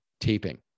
taping